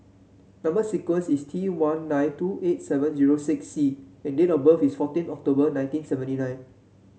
number sequence is T one nine two eight seven zero six C and date of birth is fourteen October nineteen seventy nine